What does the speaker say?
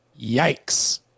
yikes